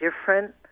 different